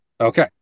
Okay